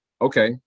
okay